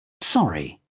sorry